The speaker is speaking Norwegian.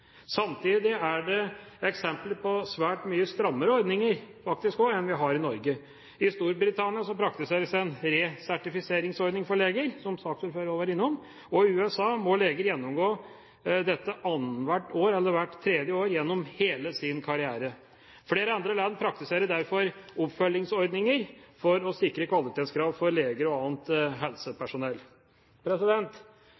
Samtidig er det faktisk eksempler på svært mye strammere ordninger enn vi har i Norge. I Storbritannia praktiseres en resertifiseringsordning for leger – som saksordføreren også var innom – og i USA må leger gjennomgå dette hvert andre eller tredje år gjennom hele sin karriere. Flere andre land praktiserer oppfølgingsordninger for å sikre kvalitetskrav for leger og annet